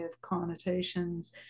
connotations